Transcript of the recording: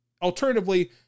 alternatively